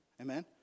Amen